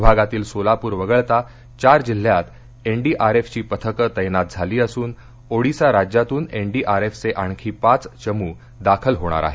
विभागातील सोलापूर वगळता चार जिल्ह्यांत एनडीआरएफची पथकं तैनात झाली असून ओडीसा राज्यातून एनडीआरएफचे आणखी पाच चमू दाखल होणार आहेत